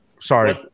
sorry